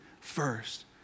first